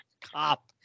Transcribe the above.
cop